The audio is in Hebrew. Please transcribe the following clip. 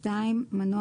זאת אומרת, מנוע